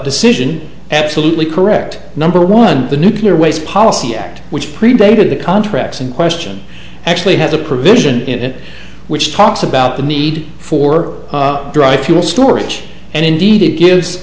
decision absolutely correct number one the nuclear waste policy act which predated the contracts in question actually has a provision in it which talks about the need for dry fuel storage and indeed it gives